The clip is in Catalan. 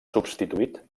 substituït